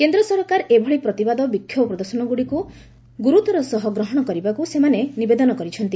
କେନ୍ଦ୍ର ସରକାର ଏଭଳି ପ୍ରତିବାଦ ବିକ୍ଷୋଭ ପ୍ରଦର୍ଶନଗୁଡ଼ିକୁ ଗୁରୁତର ସହ ଗ୍ରହଣ କରିବାକୁ ସେମାନେ ନିବେଦନ କରିଛନ୍ତି